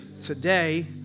today